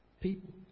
people